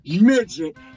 midget